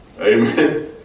amen